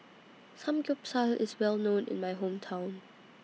Samgeyopsal IS Well known in My Hometown